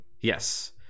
Yes